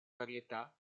varietà